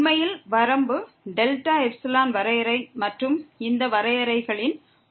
உண்மையில் வரம்பு delta epsilon வரையறை மற்றும் இந்த வரையறைகளின் உந்துதல்